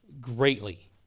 greatly